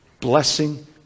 blessing